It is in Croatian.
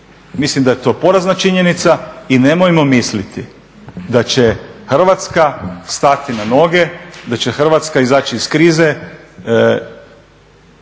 Mislim da je to porazna činjenica i nemojmo misliti da će Hrvatska stati na noge, da će Hrvatska izaći iz krize